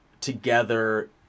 together